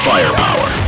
Firepower